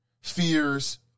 fears